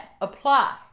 apply